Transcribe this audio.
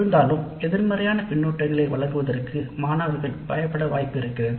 இருந்தாலும் எதிர்மறையான கருத்தை களை வழங்குவதற்கு மாணவர்கள் பயப்படுகின்றனர்